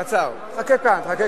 קצר, חכה כאן.